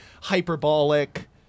hyperbolic